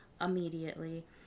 immediately